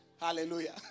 Hallelujah